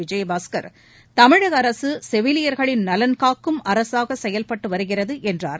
விஜயபாஸ்கர் தமிழக அரசு செவிலியர்களின் நலன் காக்கும் அரசாக செயல்பட்டு வருகிறது என்றார்